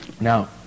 Now